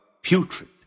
Putrid